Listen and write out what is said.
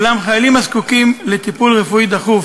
אולם, חיילים הזקוקים לטיפול רפואי דחוף